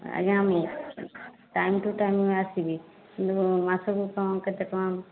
ଆଜ୍ଞା ମୁଁ time to time ଆସିବି କିନ୍ତୁ ମାସକୁ କ'ଣ କେତେ କ'ଣ